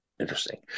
interesting